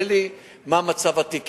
אין לי מידע מה מצב התיקים.